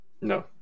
No